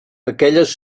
aquelles